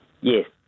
Yes